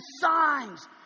signs